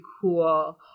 cool